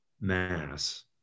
mass